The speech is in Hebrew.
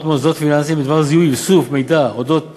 למוסדות הפיננסיים בדבר זיהוי ואיסוף מידע על אודות